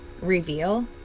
reveal